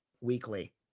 weekly